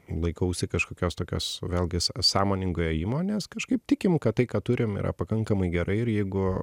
laikausi kažkokios tokios vėlgi sa sąmoningo ėjimo nes kažkaip tikim kad tai ką turim yra pakankamai gerai ir jeigu